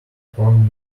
porn